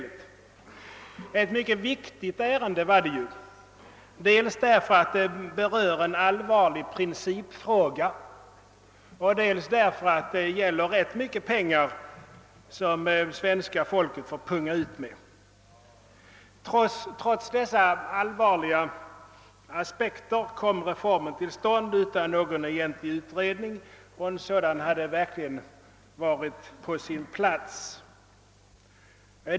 Ett mycket viktigt ärende var det ju, dels därför att det berör en allvarlig principfråga, dels därför att det gäller ganska mycket pengar som svenska folket får punga ut med. Trots dessa allvarliga . aspekter på frågan kom reformen till stånd utan någon egentlig utredning, och en sådan hade verkligen varit på sin plats.